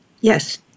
Yes